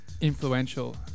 influential